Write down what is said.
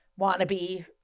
wannabe